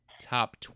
top